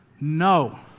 No